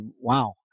Wow